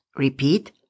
Repeat